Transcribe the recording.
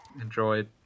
enjoyed